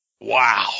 Wow